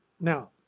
now